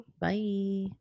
bye